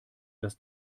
dass